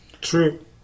True